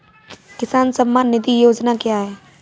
किसान सम्मान निधि योजना क्या है?